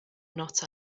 not